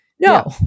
No